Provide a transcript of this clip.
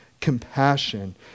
compassion